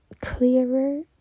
clearer